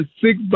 six